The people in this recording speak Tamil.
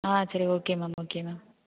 ஆ சரி ஓகே மேம் ஓகே மேம்